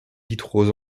vitraux